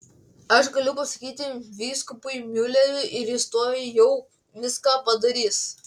aš galiu pasakyti vyskupui miuleriui ir jis tuojau viską padarys